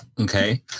Okay